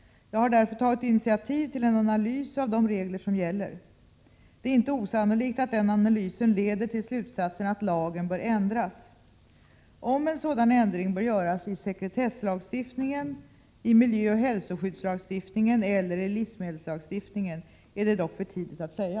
Jag har därför tagit initiativ till en analys av de regler som gäller. Det är inte osannolikt att den analysen leder till slutsatsen att lagen bör ändras. Om en sådan ändring bör göras i sekretesslagstiftningen, i miljöoch hälsoskyddslagstiftningen eller i livsmedelslagstiftningen, är det dock för tidigt att säga.